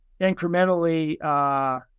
incrementally